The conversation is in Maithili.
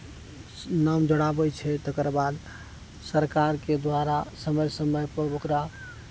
नाम जड़ाबै छै तकर बाद सरकारके द्वारा समय समय पर ओकरा